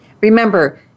Remember